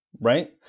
right